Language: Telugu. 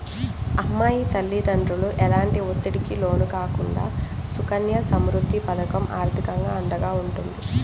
అమ్మాయి తల్లిదండ్రులు ఎలాంటి ఒత్తిడికి లోను కాకుండా సుకన్య సమృద్ధి పథకం ఆర్థికంగా అండగా ఉంటుంది